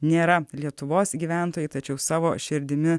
nėra lietuvos gyventojai tačiau savo širdimi